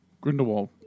Grindelwald